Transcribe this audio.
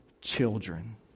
children